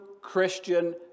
Christian